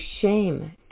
shame